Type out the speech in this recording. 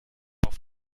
auf